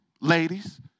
Ladies